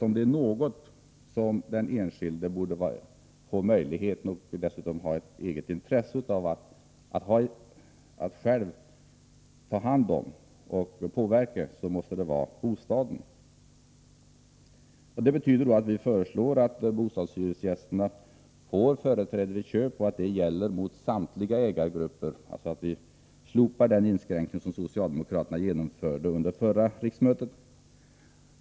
Om det är något den enskilde borde få möjlighet att påverka så är det den egna bostaden. Vi föreslår därför att bostadshyresgästerna får företräde vid köp. Och det skall gälla gentemot samtliga ägargrupper. Vi bör alltså slopa den inskränkning som socialdemokraterna genomförde under det förra riksmötet.